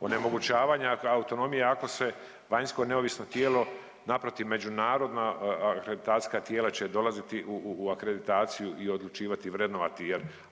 onemogućavanja autonomije ako se vanjsko neovisno tijelo naprotiv međunarodna akreditacijska tijela će dolaziti u akreditaciju i odlučivati, vrednovati. Jer